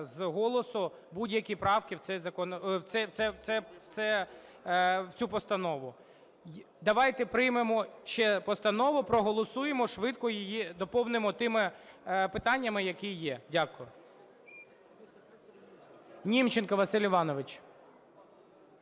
з голосу будь-які правки в цей закон… в цю постанову. Давайте приймемо ще постанову, проголосуємо, швидко її доповнимо тими питаннями, які є. Дякую. Німченко Василь Іванович.